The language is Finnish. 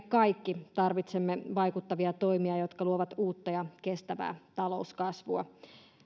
kaikki tarvitsemme vaikuttavia toimia jotka luovat uutta ja kestävää talouskasvua